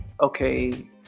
okay